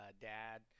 dad